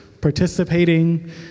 Participating